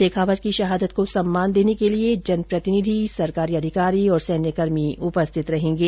शेखावत की शहादत को सम्मान देने के लिए जनप्रतिनिधि सरकारी अधिकारी और सैन्यकर्मी उपस्थित रहेंगे